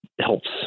helps